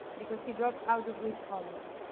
because he dropped out of reed college.